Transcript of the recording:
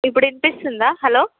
ఇప్పుడు వినిపిస్తుందా హలో